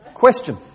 Question